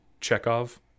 Chekhov